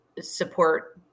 support